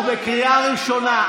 הוא כבר בקריאה ראשונה.